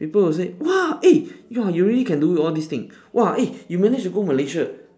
people will say !wah! eh !wah! you really can to do all these things !wah! eh you managed to go Malaysia